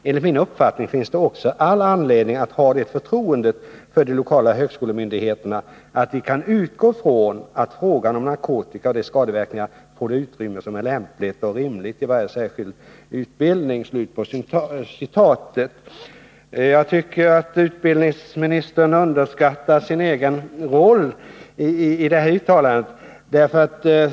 Enligt min uppfattning finns det också all anledning att ha det förtroendet för de lokala högskolemyndigheterna att vi kan utgå från att frågan om narkotika och dess skadeverkningar får det utrymme som är lämpligt och rimligt i varje särskild utbildning.” Jag tycker att utbildningsministern underskattar sin egen roll i det här uttalandet.